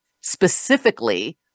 specifically